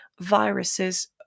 viruses